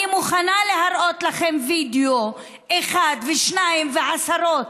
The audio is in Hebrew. אני מוכנה להראות לכם וידיאו אחד ושניים ועשרות,